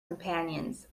companions